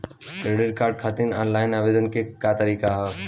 Debit card खातिर online आवेदन के का तरीकि ह?